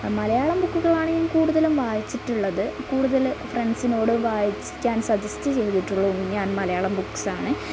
മലയാളം ബുക്കുകളാണ് ഞാൻ കൂടുതലും വായിച്ചിട്ടുള്ളത് കൂടുതല് ഫ്രെണ്ട്സിനോട് വായിക്കാൻ സജെസ്റ്റ് ചെയ്തിട്ടുള്ളതും ഞാൻ മലയാളം ബുക്സാണ്